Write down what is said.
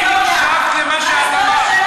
האם שמעת את מה שאמרת?